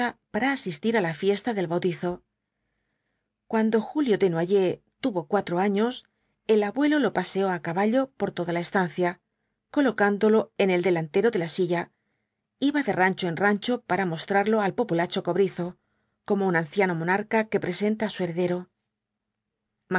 para asistir á la fiesta del bautizo cuando julio desnoyers tuvo cuatro años el abuelo lo paseó á caballo por toda la estancia colocándolo en el delantero de la silla iba de rancho en rancho para mostrarlo al populacho cobrizo como un anciano monarca que presenta á su heredero